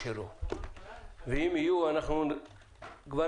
ואנחנו מדברים